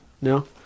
No